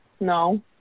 No